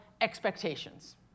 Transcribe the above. expectations